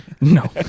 no